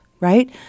Right